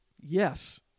Yes